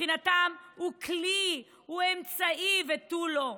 מבחינתם הוא כלי, הוא אמצעי ותו לא.